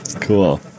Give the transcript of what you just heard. cool